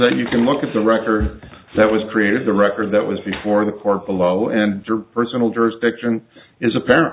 and you can look at the record that was created the record that was before the court below and your personal jurisdiction is apparent